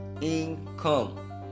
income